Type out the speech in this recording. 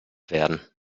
werden